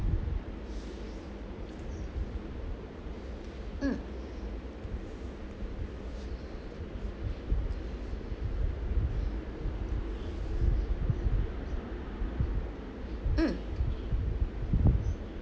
mm